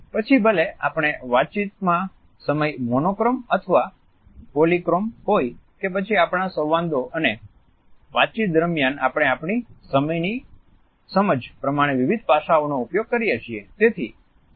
પછી ભલે આપણે વાતચીતમાં સમય મોનોક્રોમ અથવા પોલિક્રોમ હોય કે પછી આપણા સંવાદો અને વાતચીત દરમિયાન આપણે આપણી સમયની સમજ પ્રમાણે વિવિધ પાસાંઓનો ઉપયોગ કરી છીએ